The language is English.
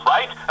Right